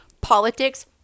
politics